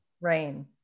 Rain